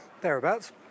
Thereabouts